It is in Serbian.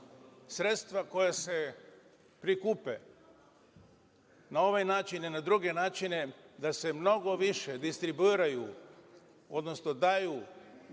sredstva koja se prikupe na ovaj način ili na druge načine, da se mnogo više distribuiraju, odnosno daju